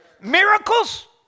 Miracles